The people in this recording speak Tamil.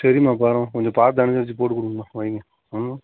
சரிமா பரோம் கொஞ்சம் பார்த்து அனுசரிச்சி போட்டு கொடுங்கமா வைங்க